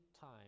time